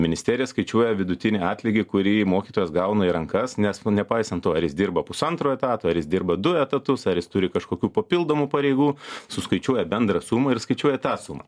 ministerija skaičiuoja vidutinį atlygį kurį mokytojas gauna į rankas nes nepaisant to ar jis dirba pusantro etato ar jis dirba du etatus ar jis turi kažkokių papildomų pareigų suskaičiuoja bendrą sumą ir skaičiuoja tą sumą